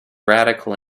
radical